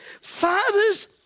Fathers